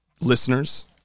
Listeners